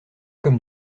comme